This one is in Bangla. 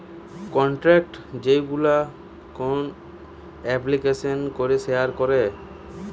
কন্টাক্ট যেইগুলো কোন এপ্লিকেশানে করে শেয়ার করে